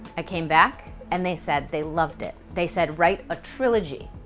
i came back and they said they loved it. they said, write a trilogy.